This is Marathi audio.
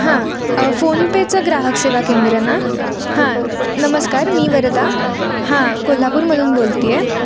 हां फोनपेचं ग्राहक सेवा केंद्र ना हां नमस्कार मी वरदा हां कोल्हापूरमधून बोलते आहे